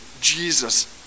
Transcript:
Jesus